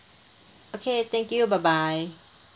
okay thank you bye bye